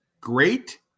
Great